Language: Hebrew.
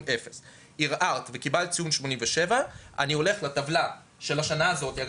אפס וערערת וקיבלת 87 אני הולך לטבלה של השנה הזאת ואני יודע